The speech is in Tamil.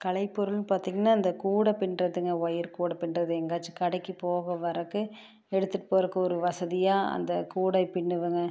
கலைப்பொருள் பார்த்திங்கனா இந்த கூடை பின்னுறதுங்க ஒயர் கூடை பின்னுறது எங்காச்சும் கடைக்கு போக வரதுக்கு எடுத்துகிட்டு போகிறக்கு ஒரு வசதியாக அந்த கூடை பின்னுவேங்க